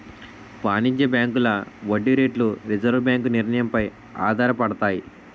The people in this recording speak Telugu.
వాణిజ్య బ్యాంకుల వడ్డీ రేట్లు రిజర్వు బ్యాంకు నిర్ణయం పై ఆధారపడతాయి